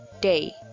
day